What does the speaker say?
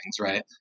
Right